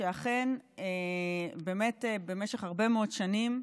שאכן במשך הרבה מאוד שנים,